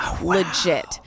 Legit